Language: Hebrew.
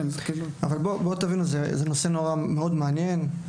זהו נושא מאוד מעניין.